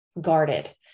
guarded